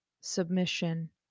Submission